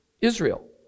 Israel